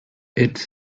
its